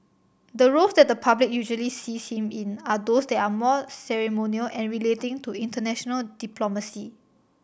the roles that the public usually sees him in are those that are more ceremonial and relating to international diplomacy